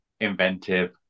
inventive